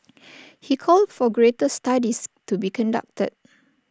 he called for greater studies to be conducted